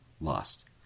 lost